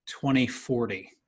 2040